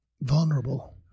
Vulnerable